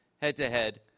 Head-to-Head